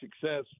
success